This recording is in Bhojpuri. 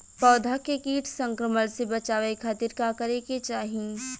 पौधा के कीट संक्रमण से बचावे खातिर का करे के चाहीं?